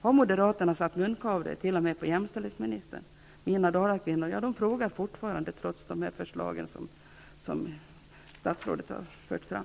Har Moderaterna satt munkavle t.o.m. på jämställdhetsministern? Dalakvinnorna frågar fortfarande, trots de förslag som statsrådet har fört fram.